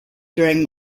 during